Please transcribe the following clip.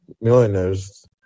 millionaires